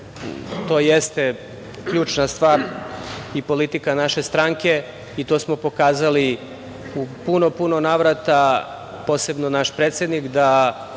to jeste ključna stvar i politika naše stranke, i to smo pokazali u puno, puno navrata, posebno naš predsednik, da